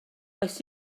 oes